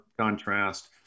contrast